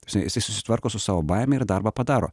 ta prasme jisai susitvarko su savo baime ir darbą padaro